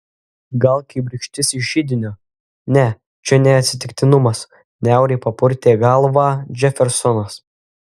gal kibirkštis iš židinio ne čia ne atsitiktinumas niauriai papurtė galvą džefersonas